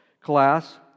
class